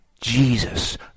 Jesus